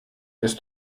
ist